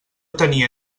tenia